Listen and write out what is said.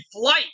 flight